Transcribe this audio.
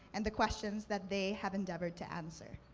and the questions that they have endeavored to answer.